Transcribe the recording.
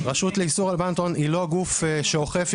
הרשות לאיסור הלבנת הון היא לא גוף שאוכף,